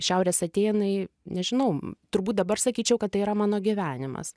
šiaurės atėnai nežinau turbūt dabar sakyčiau kad tai yra mano gyvenimas